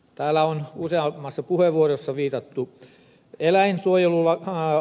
täällä on useammassa puheenvuorossa viitattu eläinsuojeluasetukseen